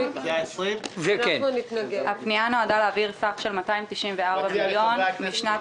20-029. הפנייה נועדה להעביר סך של 294 מיליון משנת